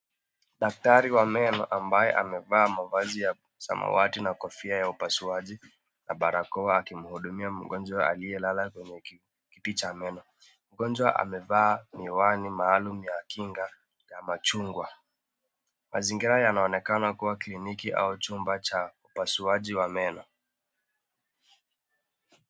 Daktari wa meno ambaye amevaa mavazi ya samawati na kofia ya upasuaji na barakoa akimhudumia mgonjwa aliyelala kwenye kiti cha meno. Mgonjwa amevaa miwani maalum ya kinga ya machungwa. Mazingira yanaonekana kuwa kliniki au chumba cha upasuaji wa meno.